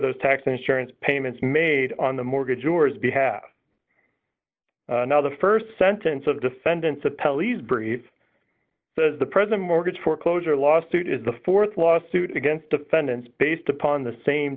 those tax insurance payments made on the mortgage or his behalf now the st sentence of defendants a pelleas brief says the president mortgage foreclosure lawsuit is the th lawsuit against defendants based upon the same